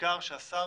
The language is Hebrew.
ובעיקר שהשר